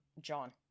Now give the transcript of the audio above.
John